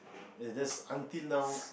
and that's until now